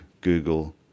Google